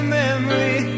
memory